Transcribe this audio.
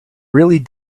really